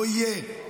לא יהיה.